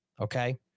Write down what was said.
Okay